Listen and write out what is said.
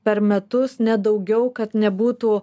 per metus ne daugiau kad nebūtų